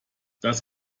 das